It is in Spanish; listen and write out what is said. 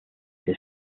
que